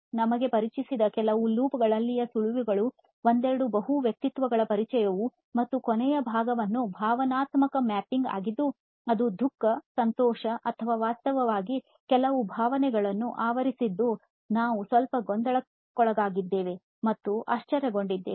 ನಮಗೆ ಪರಿಚಯಿಸಿದ ಕೆಲವು ಲೂಪ್ಗಳಲ್ಲಿಯ ಸುಳಿವುಗಳು ಒಂದೆರಡು ಬಹು ವ್ಯಕ್ತಿತ್ವಗಳ ಪರಿಚಯವು ಮತ್ತು ಕೊನೆಯ ಭಾಗವು ಭಾವನಾತ್ಮಕ ಮ್ಯಾಪಿಂಗ್ ಆಗಿದ್ದು ಅದು ದುಃಖ ಸಂತೋಷ ಅಥವಾ ವಾಸ್ತವವಾಗಿ ಕೆಲವು ಭಾವನೆಗಳನ್ನೂ ಆವರಿಸಿದ್ದು ನಾವು ಸ್ವಲ್ಪ ಗೊಂದಲಕ್ಕೊಳಗಾಗಿದ್ದೇವೆ ಮತ್ತು ಆಶ್ಚರ್ಯಗೊಂಡಿದ್ದೇವೆ